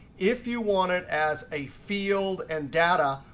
if you want it as a field and data,